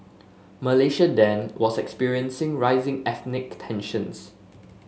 Malaysia then was experiencing rising ethnic tensions